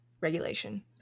regulation